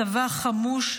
צבא חמוש,